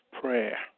prayer